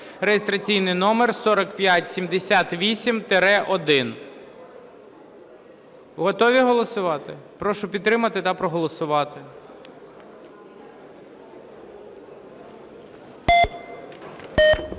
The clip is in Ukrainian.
(реєстраційний номер 4578-1). Готові голосувати? Прошу підтримати та проголосувати.